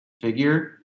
figure